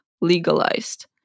legalized